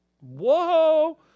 whoa